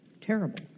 terrible